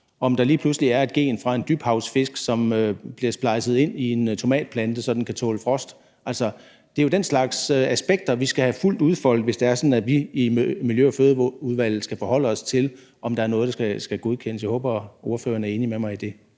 om der lige pludselig er et gen fra en dybhavsfisk, som bliver splejset ind i en tomatplante, så den kan tåle frost. Det er jo den slags aspekter, vi skal have fuldt udfoldet, hvis det er sådan, at vi i Miljø- og Fødevareudvalget skal forholde os til, om der er noget, der skal godkendes. Jeg håber, at ordføreren er enig med mig i det.